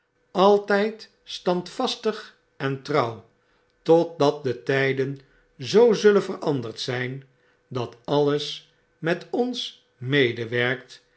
altyd standvastig en trouw totdat de tyden zoo zullen veranderd zjjn dat alles met ons medewerkt